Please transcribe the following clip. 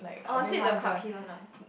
or is it the Clarke-Quay one ah